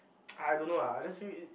I I don't know lah I just feel it